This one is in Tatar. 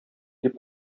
дип